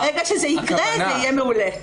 ברגע שזה יקרה זה יהיה מעולה.